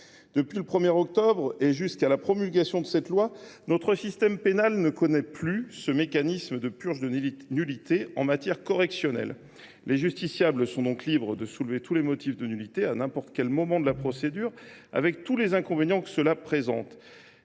Depuis le 1 octobre – il en ira ainsi jusqu’à la promulgation du présent texte –, notre système pénal ne connaît plus ce mécanisme de purge des nullités en matière correctionnelle. Les justiciables sont donc libres de soulever tous les motifs de nullité, à n’importe quel moment de la procédure, avec tous les inconvénients que cela présente.